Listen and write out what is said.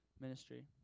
ministry